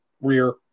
rear